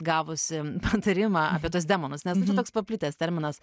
gavusi patarimą apie tuos demonus nes toks paplitęs terminas